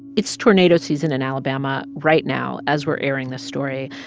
it's tornado season in alabama right now as we're airing this story.